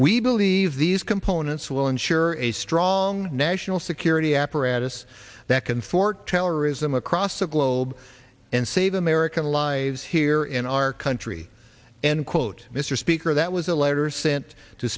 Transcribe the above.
we believe these components will ensure a strong national security apparatus that can for terrorism across the globe and save american lives here in our country and quote mr speaker that was a letter sent to